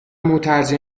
مترجم